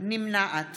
נמנעת